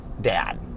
dad